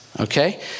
Okay